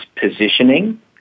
positioning